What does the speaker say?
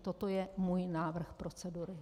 Toto je můj návrh procedury.